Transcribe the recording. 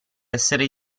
essere